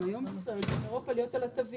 גם היום יש אזהרות על התווית,